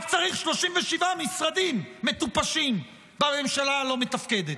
רק צריך 37 משרדים מטופשים בממשלה הלא-מתפקדת,